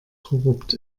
korrupt